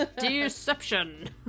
Deception